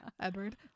Edward